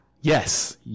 yes